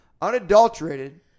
Unadulterated